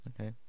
Okay